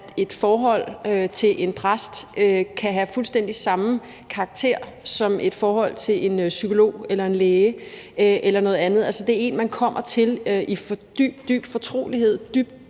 at et forhold til en præst kan have fuldstændig samme karakter som et forhold til en psykolog eller en læge eller noget andet. Altså, det er en, man kommer til i dyb, dyb fortrolighed, og